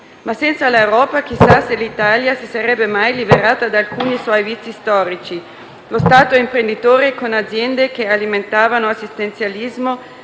Ma senza l'Europa, chissà se l'Italia si sarebbe mai liberata da alcuni suoi vizi storici: lo Stato-imprenditore con aziende che alimentavano assistenzialismo;